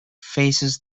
faces